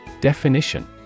Definition